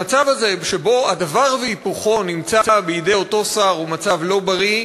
המצב הזה שבו הדבר והיפוכו נמצאים בידי אותו שר הוא מצב לא בריא,